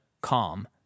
calm